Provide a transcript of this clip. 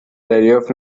دریافت